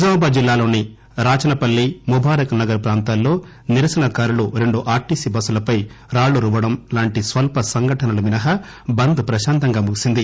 నిజామాబాద్ జిల్లాలోని రాచనపల్లి ముబారక్ నగర్ ప్రాంతాల్లో నిరసనకారులు రెండు ఆర్టీసీ బస్సులపై రాళ్లు రువ్వడం లాంటి స్వల్ప సంఘటనలు మినహా బంద్ ప్రకాంతంగా ముగిసింది